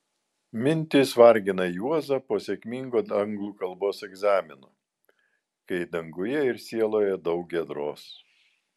mintys vargina juozą po sėkmingo anglų kalbos egzamino kai danguje ir sieloje daug giedros